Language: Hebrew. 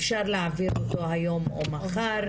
אפשר להעביר אותו היום או מחר,